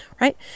right